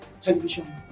Television